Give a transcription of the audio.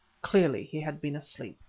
clearly he had been asleep.